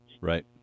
right